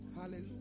Hallelujah